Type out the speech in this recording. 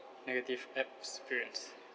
negative experience